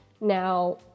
Now